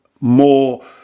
more